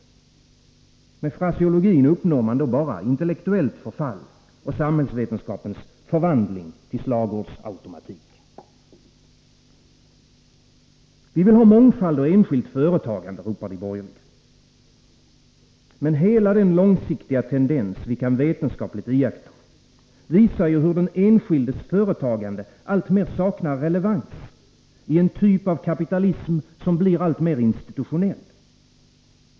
Med fraseologin uppnår man bara intellektuellt förfall och samhällsvetenskapens förvandling till slagordsautomatik. Vi vill ha mångfald och enskilt företagande, ropar de borgerliga. Men hela den långsiktiga tendens vi kan vetenskapligt iaktta, visar ju hur den enskildes företagande alltmer saknar relevans i en typ av kapitalism som blir alltmer institutionell.